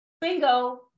Bingo